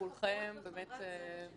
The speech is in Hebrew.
תודה לכל חברות וחברי הצוות שנמצאים פה.